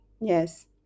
Yes